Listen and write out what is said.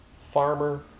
farmer